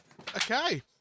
Okay